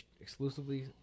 exclusively